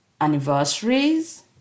anniversaries